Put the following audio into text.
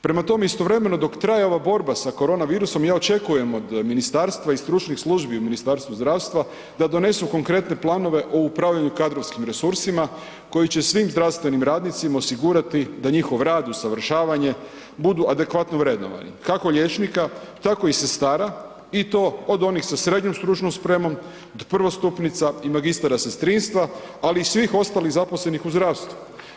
Prema tome, istovremeno dok traje ova borba sa koronavirusom, ja očekujem od ministarstva i stručnih službi u Ministarstvu zdravstva da donesu konkretne planove o upravljanju kadrovskim resursima koji će svim zdravstvenim radnicima osigurati da njihov rad i usavršavanje budu adekvatno vrednovani, kako liječnika, tako i sestara i to od onih sa SSS do prvostupnica i magistara sestrinstva, ali i svih ostalih zaposlenih u zdravstvu.